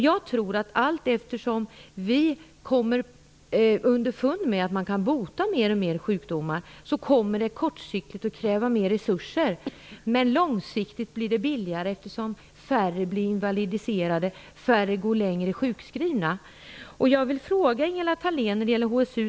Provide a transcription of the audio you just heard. Jag tror att allteftersom vi kommer underfund med och kan bota fler och fler sjukdomar kommer det kortsiktigt att kräva mer resurser. Men långsiktigt blir det billigare, eftersom färre blir invalidiserade, färre går länge sjukskrivna.